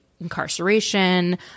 incarceration